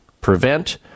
prevent